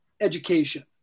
education